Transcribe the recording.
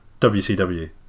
WCW